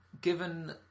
given